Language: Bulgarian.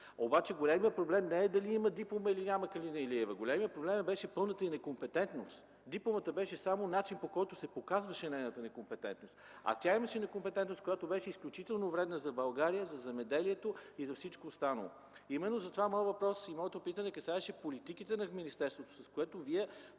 Големият проблем не е дали Калина Илиева има или няма диплома. Големият проблем беше пълната й некомпетентност. Дипломата беше само начин, по който се показваше нейната некомпетентност. А тя имаше некомпетентност, която беше изключително вредна за България, за земеделието и за всичко останало. Затова моят въпрос и моето питане касае политиките на министерството, с които Вие